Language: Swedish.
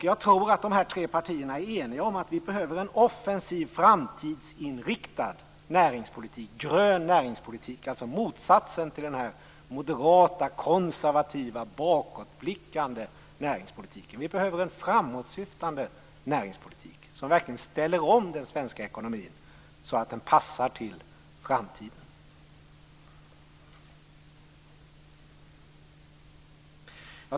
Jag tror att de här tre partierna är eniga om att vi behöver en offensiv, framtidsinriktad näringspolitik, en grön näringspolitik, dvs. motsatsen till den moderata, konservativa, bakåtblickande näringspolitiken. Vi behöver en framåtblickande näringspolitik, som verkligen ställer om den svenska ekonomin så att den passar till framtiden.